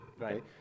Right